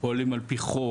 פועלים על פי חוק,